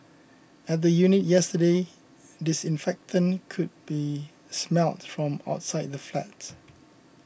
at the unit yesterday disinfectant could be smelt from outside the flat